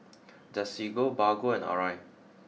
Desigual Bargo and Arai